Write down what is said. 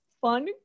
fun